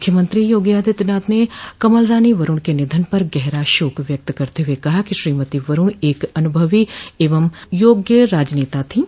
मुख्यमंत्री योगी आदित्यनाथ ने कमल रानी वरूण के निधन पर गहरा शोक व्यक्त करते हुए कहा कि श्रीमती वरूण एक अनुभवी एवं योग्य राजनेता थीं